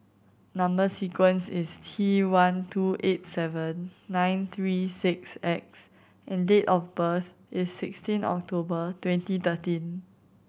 number sequence is T one two eight seven nine three six X and date of birth is sixteen October twenty thirteen